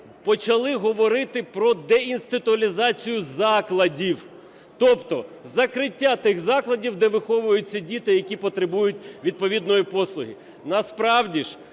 Почали говорити про деінституалізацію закладів, тобто закриття тих закладів, де виховуються діти, які потребують відповідної послуги. Насправді ж